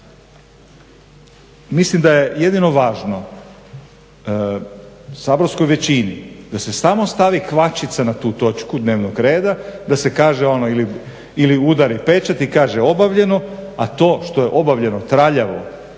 Mislim da je jedino važno saborskoj većini da se samo stavi kvačica na tu točku dnevnog reda, da se kaže ono ili udari pečat i kaže obavljeno a to što je obavljeno traljavo,